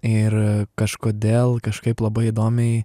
ir kažkodėl kažkaip labai įdomiai